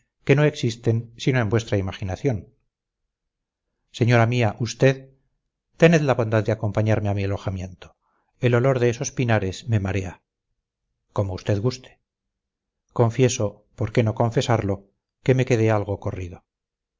que no existen sino en vuestra imaginación señora mía usted tened la bondad de acompañarme a mi alojamiento el olor de esos pinares me marea como usted guste confieso por qué no confesarlo que me quedé algo corrido